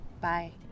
Bye